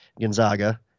Gonzaga